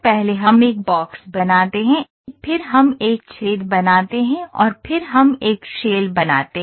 पहले हम एक बॉक्स बनाते हैं फिर हम एक छेद बनाते हैं और फिर हम एक शेल बनाते हैं